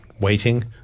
waiting